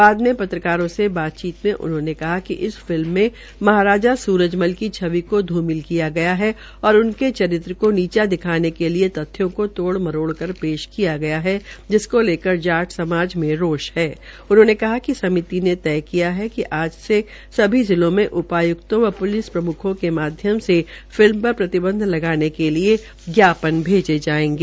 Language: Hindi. बाद में पत्रकारों से बातचीत में उन्होंने कहा कि इस फिल्म में महाराजा सूरजमल की छवि को घूमिल किया गया है और उनके चरित्र को नीचा दिखाने के लिए तथ्यों को तोड़ मरोड़ कर पेश किया गया है जिसको लेकर जाट समाज में रोष है उन्होंने कहा कि समिति ने तय किया है कि आज से सभी जिलों में उपायुक्त एवं पुलिस प्रमुख के माध्य से फिल्म पर प्रतिबंध लगाने के लिए के लिए ज्ञापन भेजे जायेंगे